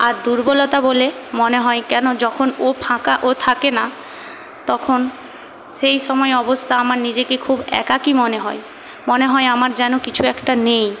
আর দুর্বলতা বলে মনে হয় কেন যখন ও ফাঁকা ও থাকে না তখন সেই সময়ে অবস্থা আমার নিজেকে খুব একাকী মনে হয় মনে হয় আমার যেন কিছু একটা নেই